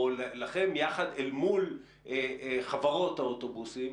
או לכם יחד אל מול חברות האוטובוסים,